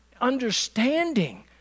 understanding